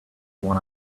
what